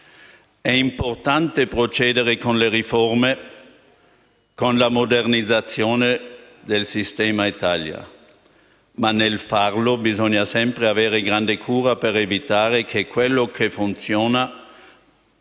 È importante procedere con le riforme, con la modernizzazione del sistema Italia, ma nel farlo bisogna sempre avere grande cura per evitare che quello che funziona